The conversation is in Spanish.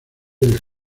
del